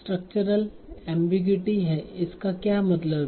structural ambiguity है इसका क्या मतलब है